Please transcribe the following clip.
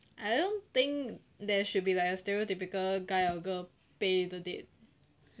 I don't think there should be like a stereotypical guy or girl pay the date